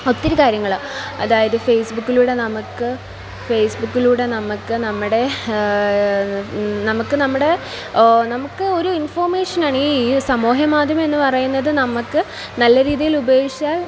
ഒത്തിരി കാര്യങ്ങൾ അതായത് ഫേസ്ബുക്കിലൂടെ നമുക്ക് ഫേസ്ബുക്കിലൂടെ നമ്മൾക്ക് നമ്മുടെ നമ്മൾക്ക് നമ്മുടെ നമുക്ക് ഒരു ഇൻഫോർമേഷനാണ് ഈ സമൂഹ മാധ്യമം എന്ന് പറയുന്നത് നമ്മൾക്ക് നല്ല രീതിയിൽ ഉപയോഗിച്ചാൽ